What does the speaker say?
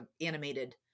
animated